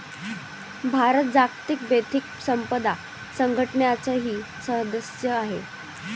भारत जागतिक बौद्धिक संपदा संघटनेचाही सदस्य आहे